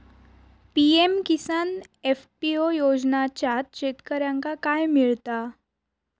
PM Kisan FPO योजनाच्यात शेतकऱ्यांका काय मिळता?